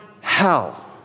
hell